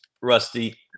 Rusty